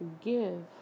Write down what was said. give